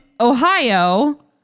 Ohio